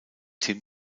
tim